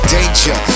Danger